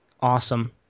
awesome